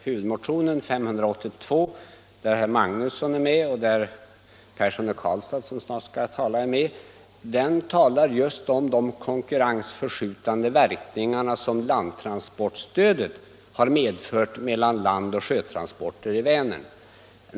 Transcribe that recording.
Huvudmotionen 582, där herr Magnusson och herr Persson i Karlstad, som snart skall tala, är med, behandlar just de konkurrensförskjutande verkningar som landtransportstödet har medfört för landoch sjötransporterna i Vänern.